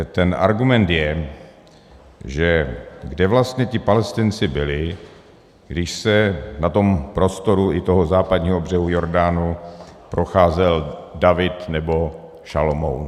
Ten argument je že kde vlastně ti Palestinci byli, když se na tom prostoru i toho Západního břehu Jordánu procházel David nebo Šalomoun?